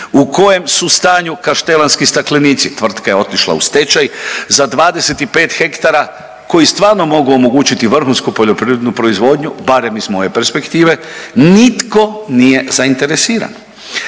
U kojem su stanju Kaštelanski staklenici? Tvrtka je otišla u stečaj za 25 hektara koji stvarno mogu omogućiti vrhunsku poljoprivrednu proizvodnju barem iz moje perspektive. Nitko nije zainteresiran.